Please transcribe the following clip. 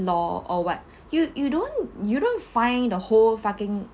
law or what you you don't you don't find a whole fucking